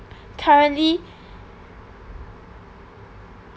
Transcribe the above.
currently